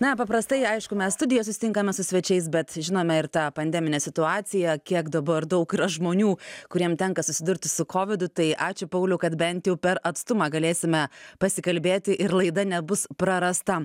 na paprastai aišku mes studijoj susitinkame su svečiais bet žinome ir tą pandeminę situaciją kiek dabar daug yra žmonių kuriem tenka susidurti su kovidu tai ačiū pauliui kad bent jau per atstumą galėsime pasikalbėti ir laida nebus prarasta